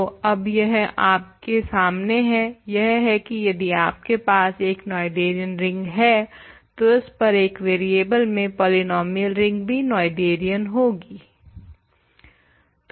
तो अब यह आपके सामने है यह है की यदि आपके पास एक नोएथेरियन रिंग है तो इस पर एक वेरियेबल में पॉलीनोमियल रिंग भी नोएथेरियन होगी